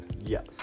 Yes